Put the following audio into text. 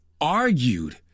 argued